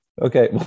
Okay